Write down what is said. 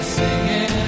singing